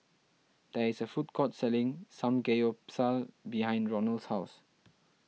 there is a food court selling Samgeyopsal behind Ronald's house